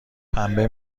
پنبه